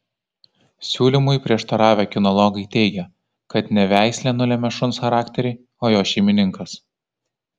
siūlymui prieštaravę kinologai teigia kad ne veislė nulemia šuns charakterį o jo šeimininkas